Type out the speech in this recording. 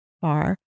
far